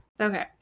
Okay